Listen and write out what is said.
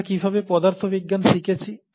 আমরা কিভাবে পদার্থবিজ্ঞান শিখেছি